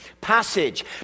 passage